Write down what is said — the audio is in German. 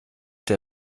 der